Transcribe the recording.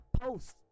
post